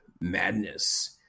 madness